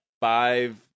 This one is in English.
five